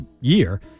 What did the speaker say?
year